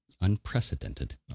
Unprecedented